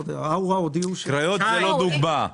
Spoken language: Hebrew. הקריות זה לא דוגמה.